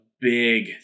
big